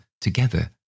together